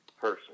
person